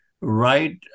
right